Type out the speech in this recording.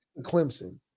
Clemson